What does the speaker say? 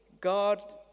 God